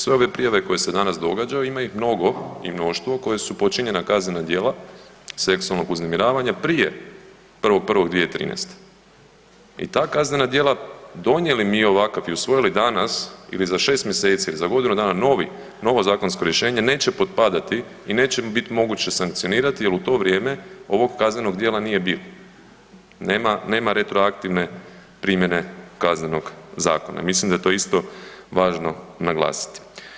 Sve ove prijave koje se danas događaju, a ima ih mnogo i mnoštvo koja su počinjena kaznena djela seksualnog uznemiravanja prije 1.1.2013. i ta kaznena djela donijeli mi ovakav i usvojili danas ili za 6 mjeseci ili za godinu dana novo zakonsko rješenje neće potpadati i neće ga biti moguće jel u to vrijeme ovog kaznenog djela nije bilo, nema retroaktivne primjene Kaznenog zakona, mislim da je to isto važno naglasiti.